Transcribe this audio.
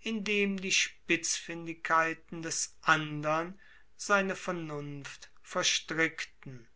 indem die spitzfindigkeiten des andern seine vernunft verstrickten